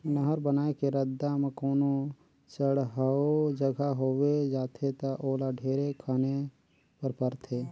नहर बनाए के रद्दा म कोनो चड़हउ जघा होवे जाथे ता ओला ढेरे खने पर परथे